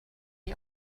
you